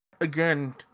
again